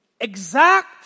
exact